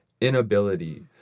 inability